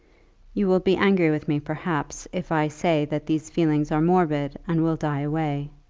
you will be angry with me, perhaps, if i say that these feelings are morbid and will die away.